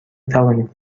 توانید